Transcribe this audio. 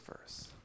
verse